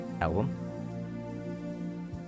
album